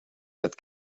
that